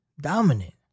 dominant